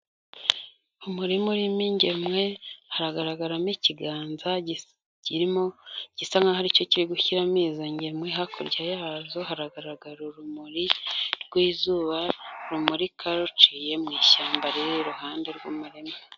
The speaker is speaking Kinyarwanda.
Umurima urimo ingemwe haragaragaramo ikiganzarimo gisa nk'aho aricyo kiri gushyiramo izo ngemwe hakurya yazo haragaragara urumuri rw'izuba rumurika ruciye mu ishyamba riri iruhande rw'umurima.